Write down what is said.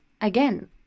again